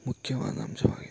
ಮುಖ್ಯವಾದ ಅಂಶವಾಗಿದೆ